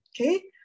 okay